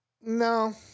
No